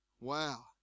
wow